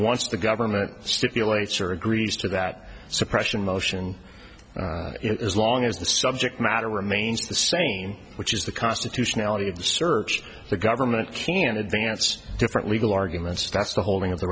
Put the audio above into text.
once the government stipulates or agrees to that suppression motion as long as the subject matter remains the same which is the constitutionality of the search the government can advance different legal arguments that's the holding of the